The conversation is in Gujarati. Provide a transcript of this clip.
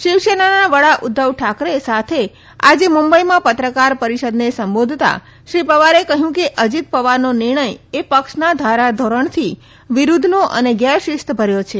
શિવસેનાના વડા ઉદ્વવ ઠાકરે સાથે આજે મુંબઇમાં પત્રકાર પરિષદને સંબોધતા શ્રી પવારે કહ્યું કે અજીત પવારનો નિર્ણય એ પક્ષના ધારાધોરણથી વિરૂદ્વનો અને ગેરશિસ્ત ભર્યો છે